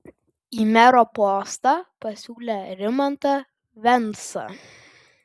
į mero postą pasiūlė rimantą vensą